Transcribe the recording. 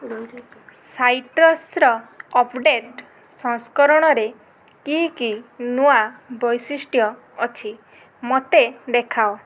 ସାଇଟ୍ରସ୍ର update ସଂସ୍କରଣରେ କି କି ନୂଆ ବୈଶିଷ୍ଟ୍ୟ ଅଛି ମୋତେ ଦେଖାଅ